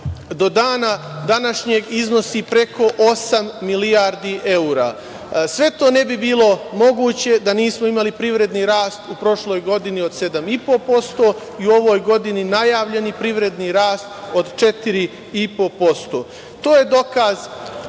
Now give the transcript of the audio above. do dana današnjeg iznosi preko osam milijardi evra. Sve to ne bi bilo moguće da nismo imali privredni rast u prošloj godini od 7,5% i u ovoj godini najavljeni privredni rast od 4,5%. To je dokaz,